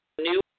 new